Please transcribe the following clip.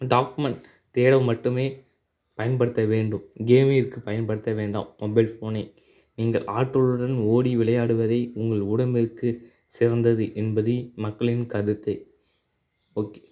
document தேடவும் மட்டுமே பயன்படுத்த வேண்டும் கேமிற்கு பயன்படுத்த வேண்டாம் மொபைல் ஃபோனை நீங்கள் ஆற்றலுடன் ஓடி விளையாடுவதே உங்கள் உடம்பிற்கு சிறந்தது என்பது மக்களின் கருத்து ஓகே